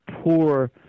poor